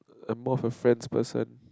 a most of friend person